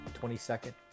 22nd